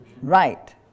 Right